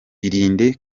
irinde